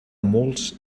molts